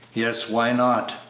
yes why not?